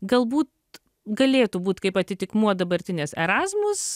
galbūt galėtų būt kaip atitikmuo dabartinės erazmus